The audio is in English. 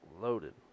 loaded